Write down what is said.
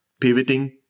pivoting